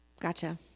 Gotcha